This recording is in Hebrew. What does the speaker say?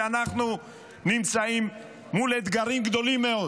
כשאנחנו נמצאים מול אתגרים גדולים מאוד?